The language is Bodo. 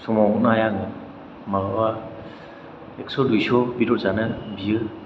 समाव हरनो हाया आङो मालाबा एखस' दुइस' बेदर जानो बियो